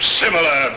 similar